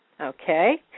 Okay